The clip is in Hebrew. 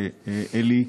אלי,